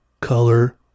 color